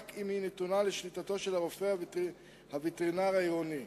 רק אם היא נתונה לשליטתו של הרופא הווטרינר העירוני.